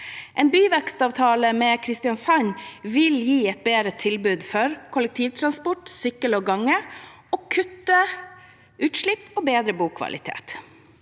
En byvekstavtale med Kristiansand vil gi et bedre tilbud for kollektivtransport, sykkel og gange, kutte utslipp og bedre bokvaliteten.